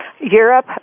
Europe